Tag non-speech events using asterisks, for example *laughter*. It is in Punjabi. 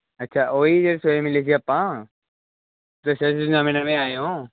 ਅੱਛਾ ਉਹੀ ਜਿੱਥੇ ਮਿਲੇ ਸੀ ਆਪਾਂ *unintelligible* ਨਵੇਂ ਨਵੇਂ ਆਏ ਹੋ